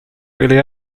really